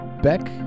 Beck